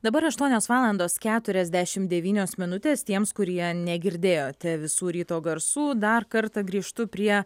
dabar aštuonios valandos keturiasdešim devynios minutės tiems kurie negirdėjote visų ryto garsų dar kartą grįžtu prie